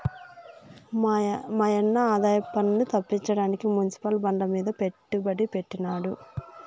మాయన్న ఆదాయపన్ను తప్పించడానికి మునిసిపల్ బాండ్లమీద పెట్టుబడి పెట్టినాడు